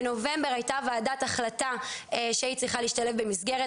בנובמבר היתה ועדת החלטה שהיא צריכה להשתלב במסגרת,